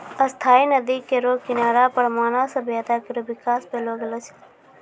स्थायी नदी केरो किनारा पर मानव सभ्यता केरो बिकास पैलो गेलो छै